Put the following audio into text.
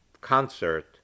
concert